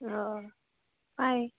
अ फै